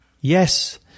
Yes